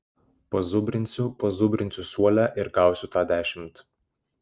pazubrinsiu pazubrinsiu suole ir gausiu tą dešimt